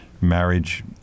marriage